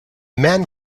men